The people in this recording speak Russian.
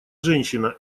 женщина